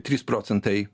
trys procentai